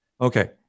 Okay